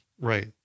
Right